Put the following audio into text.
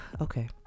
Okay